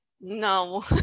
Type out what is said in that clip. No